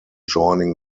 joining